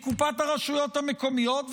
מקופת הרשויות המקומיות,